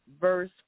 verse